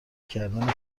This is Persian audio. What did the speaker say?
کردن